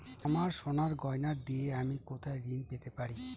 আমার সোনার গয়নার দিয়ে আমি কোথায় ঋণ পেতে পারি?